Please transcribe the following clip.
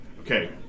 Okay